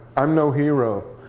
i'm no hero.